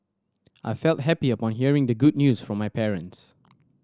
I felt happy upon hearing the good news from my parents